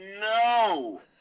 No